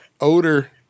Odor